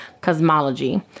cosmology